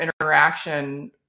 interaction